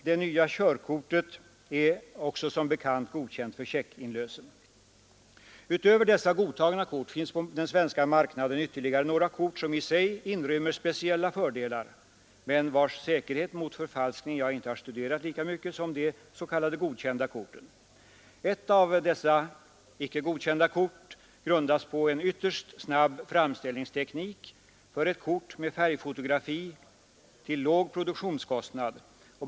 Det nya körkortet är också som bekant godkänt för checkinlösen. Utöver dessa godkända kort finns på svenska marknaden ytterligare några som i sig inrymmer vissa speciella fördelar men vilkas säkerhet mot förfalskning jag inte har studerat lika mycket som de s.k. godkända kortens. Ett av dessa icke godkända kort grundas på en ytterst snabb framställningsteknik för ett kort med färgfotografi till låg produktionskostnad.